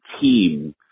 team